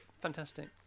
Fantastic